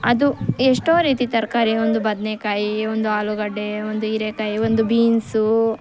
ಅದು ಎಷ್ಟೋ ರೀತಿ ತರಕಾರಿ ಒಂದು ಬದನೆ ಕಾಯಿ ಒಂದು ಆಲೂಗಡ್ಡೆ ಒಂದು ಹೀರೇಕಾಯಿ ಒಂದು ಬೀನ್ಸು